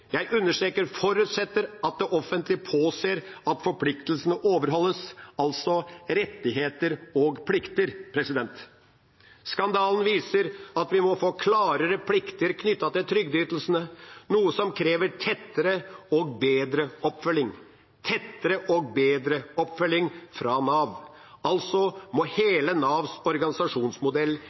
jeg understreker forutsetter – at det offentlige påser at forpliktelsene overholdes, altså rettigheter og plikter. Skandalen viser at vi må få klarere plikter knyttet til trygdeytelsene, noe som krever tettere og bedre oppfølging – tettere og bedre oppfølging fra Nav. Hele Navs organisasjonsmodell